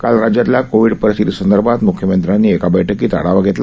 काल राज्यातल्या कोविड परिस्थितीसंदर्भात मुख्यमंत्र्यांनी एका बैठकीत आढावा घेतला